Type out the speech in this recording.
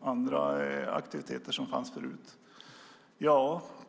andra aktiviteter som fanns förut.